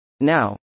Now